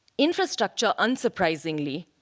infrastructure, unsurprisingly,